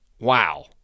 Wow